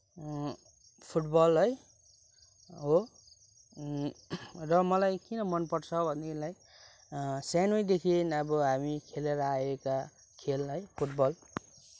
football है हो र मलाई किन मनपर्छ भनेदेखिलाई सानैदेखि अब हामी खेलेर आएका खेल है फुटबल